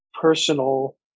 personal